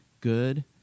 good